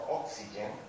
oxygen